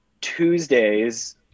Tuesdays